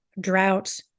drought